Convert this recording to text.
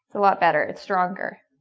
a lot better it's stronger